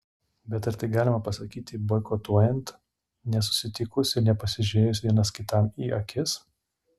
bet ar tai galima pasakyti boikotuojant nesusitikus ir nepasižiūrėjus vienas kitam į akis